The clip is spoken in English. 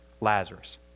Lazarus